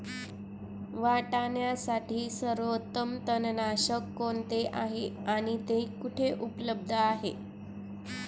वाटाण्यासाठी सर्वोत्तम तणनाशक कोणते आहे आणि ते कुठे उपलब्ध आहे?